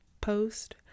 post